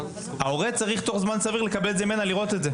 ההורה צריך לקבל תוך זמן סביר ממנה ולראות את זה.